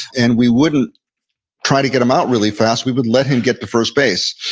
and we wouldn't try to get him out really fast. we would let him get to first base.